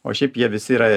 o šiaip jie visi yra